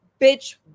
bitch